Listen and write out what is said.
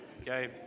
Okay